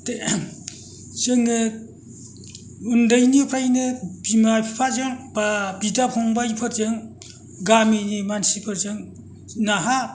जोङो उन्दैनिफ्रायनो बिमा बिफाजों बा बिदा फंबायफोरजों गामिनि मानसिफोरजों नाहा